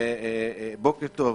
בוקר טוב.